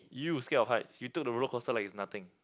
you scared of heights you took the roller coaster like it's nothing